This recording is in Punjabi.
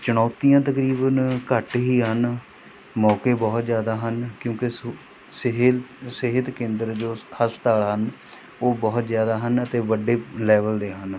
ਚੁਣੌਤੀਆਂ ਤਕਰੀਬਨ ਘੱਟ ਹੀ ਹਨ ਮੌਕੇ ਬਹੁਤ ਜ਼ਿਆਦਾ ਹਨ ਕਿਉਂਕਿ ਸਹੂ ਸਹੇਲ ਸਿਹਤ ਕੇਂਦਰ ਜੋ ਹਸਪਤਾਲ ਹਨ ਉਹ ਬਹੁਤ ਜ਼ਿਆਦਾ ਹਨ ਅਤੇ ਵੱਡੇ ਲੈਵਲ ਦੇ ਹਨ